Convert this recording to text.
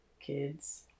kids